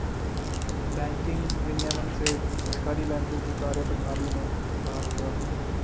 banking विनियमन से सहकारी बैंकों की कार्यप्रणाली में सुधार होगा